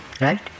Right